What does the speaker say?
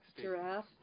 Giraffe